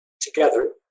together